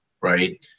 right